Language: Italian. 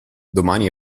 domani